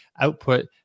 output